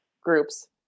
groups